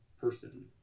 person